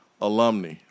Alumni